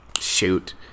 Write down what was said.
shoot